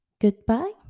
Goodbye